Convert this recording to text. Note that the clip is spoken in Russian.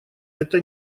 это